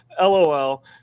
lol